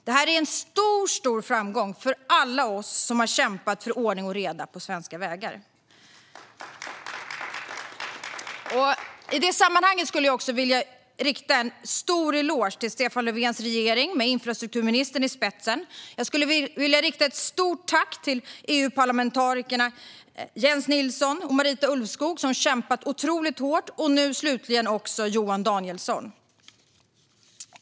Det här är en stor framgång för alla oss som kämpat för ordning och reda på svenska vägar. I det sammanhanget skulle jag vilja rikta en stor eloge till Stefan Löfvens regering, med infrastrukturministern i spetsen. Jag skulle vilja rikta ett stort tack till EU-parlamentarikerna Jens Nilsson och Marita Ulvskog, som kämpat otroligt hårt, och slutligen också till Johan Danielsson.